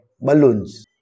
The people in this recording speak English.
balloons